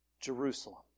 Jerusalem